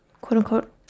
quote-unquote